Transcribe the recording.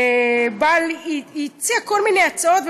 היא הציעה כל מיני הצעות,